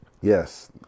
Yes